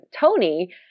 Tony